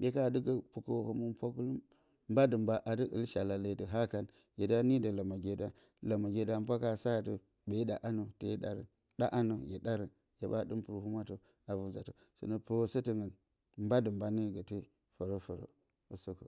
Hye ka ɗɨkǝ pukǝ hǝmɨnpwa mba-dɨ-mba a dɨ ɨl shalale ɨ hakan, hye ta nidǝ lǝmǝgye dan. Lǝmǝgye da hǝmɨnpwa ka sa atɨ, ɓe ɗa anǝ, ɓe ɗa rǝn. Ɗa anǝ hye ɗarǝn. Hye ɓa ɗɨm pɨr humwatǝ a vor nzatǝ. sɨnǝ pǝrǝsǝtɨngɨn mba-dɨ-mba ne gǝte, fǝrǝ-fǝrǝ usǝkǝ.